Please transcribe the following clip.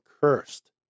cursed